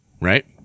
right